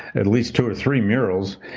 at least two or three murals.